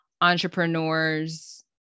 entrepreneurs